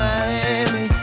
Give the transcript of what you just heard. Miami